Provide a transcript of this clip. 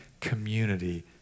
community